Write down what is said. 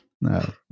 no